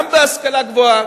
גם בהשכלה גבוהה,